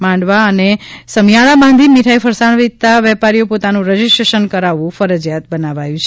માંડવા અને સમિયાણા બાંધી મીઠાઇ ફરસાણ વેયતા વેપારીએ પોતાનું રજીસ્રે ોશન કરાવવું ફરજીયાત બનાવાયું છે